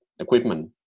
equipment